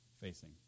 facing